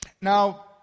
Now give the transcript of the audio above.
Now